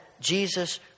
Jesus